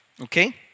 Okay